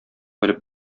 белеп